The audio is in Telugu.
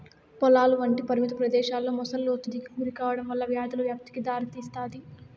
పొలాలు వంటి పరిమిత ప్రదేశాలలో మొసళ్ళు ఒత్తిడికి గురికావడం వల్ల వ్యాధుల వ్యాప్తికి దారితీస్తాది